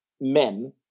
men